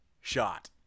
shot